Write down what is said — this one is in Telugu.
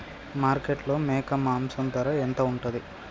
మార్కెట్లో మేక మాంసం ధర ఎంత ఉంటది?